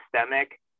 systemic